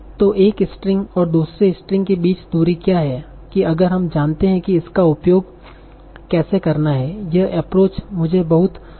तो एक स्ट्रिंग और दूसरी स्ट्रिंग के बीच की दूरी क्या है कि और हम जानते हैं कि इसका उपयोग कैसे करना है यह एप्रोच मुझे बहुत कुशलतापूर्वक देता है